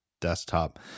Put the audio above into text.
desktop